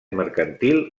mercantil